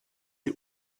ihr